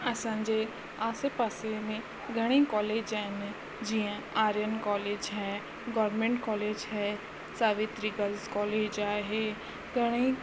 असांजे आसे पासे में घणेई कोलेज आहिनि जीअं आर्यन कोलेज हे गोरमेंट कोलेज हे सवित्री गर्ल्स कोलेज आहे घणेई